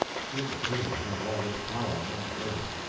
it seemed a pity to have all this power going to waste.